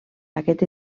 aquest